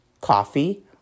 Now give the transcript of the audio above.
coffee